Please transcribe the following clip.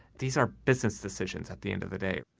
these are business decisions. at the end of the day,